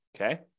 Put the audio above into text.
Okay